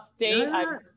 update